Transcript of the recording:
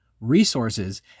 resources